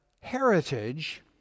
heritage